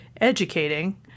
educating